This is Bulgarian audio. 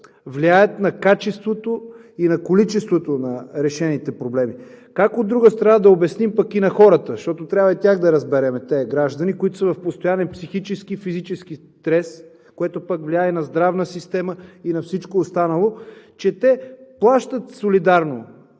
влияят на качеството и количеството на решените проблеми. Как, от друга страна, пък да обясним на хората, защото трябва и тях да разберем – тези граждани, които са в постоянен психически и физически стрес, което влияние на здравната система и на всичко останало, че те плащат солидарно